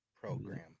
program